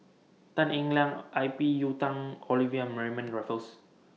Tan Eng Liang I P Yiu Tung Olivia Mariamne Raffles